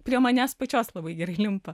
prie manęs pačios labai gerai limpa